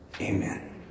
Amen